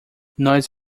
nós